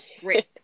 great